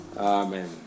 Amen